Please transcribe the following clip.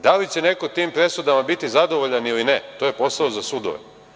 Da li će neko tim presudama biti zadovoljan ili ne, to je posao za sudove.